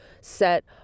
set